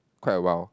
quite a while